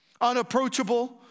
unapproachable